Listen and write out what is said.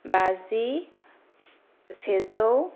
बाजि सेजौ